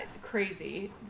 crazy